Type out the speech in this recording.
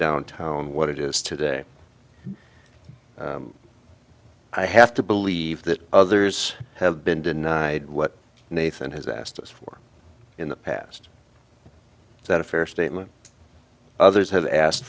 downtown what it is today i have to believe that others have been denied what nathan has asked us for in the past that a fair statement others have asked